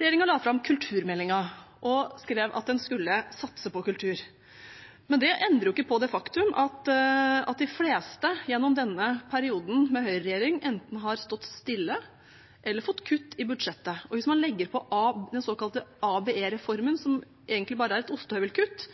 Regjeringen la fram kulturmeldingen og skrev at den skulle satse på kultur. Men det endrer jo ikke på det faktum at de fleste i denne perioden med høyreregjering enten har stått stille eller fått kutt i budsjettet. Hvis man legger på den såkalte ABE-reformen, som egentlig bare er et ostehøvelkutt,